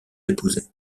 déposés